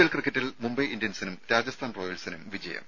L ക്രിക്കറ്റിൽ മുംബൈ ഇന്ത്യൻസിനും രാജസ്ഥാൻ റോയൽസിനും വിജയം